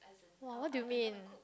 !wah! what do you mean